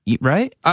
right